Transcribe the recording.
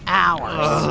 hours